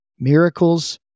miracles